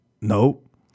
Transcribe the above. Nope